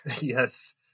Yes